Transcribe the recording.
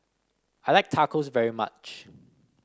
I like Tacos very much